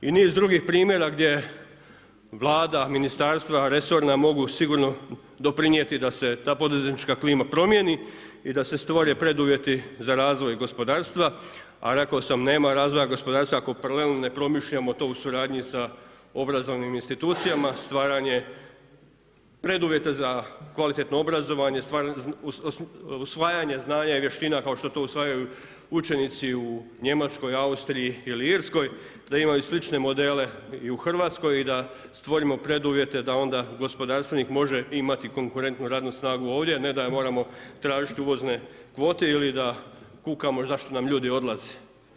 I niz drugih primjera gdje Vlada, ministarstva resorna mogu sigurno doprinijeti da se ta poduzetnička klima promijeni i da se stvore preduvjeti za razvoj gospodarstva, a rekao sam, nema razvoja gospodarstva ako paralelno ne promišljamo to u suradnji sa obrazovnim institucijama, stvaranje preduvjeta za kvalitetno obrazovanje, usvajanje znanja i vještina kao što to usvajaju učenici u Njemačkoj, Austriji ili Irskoj, da imaju slične modele i u Hrvatskoj i da stvorimo preduvjete da onda gospodarstvenik može imati konkurentnu radnu snagu ovdje, a ne da je moramo tražiti uvozne kvote ili da kukamo zašto nam ljudi odlaze.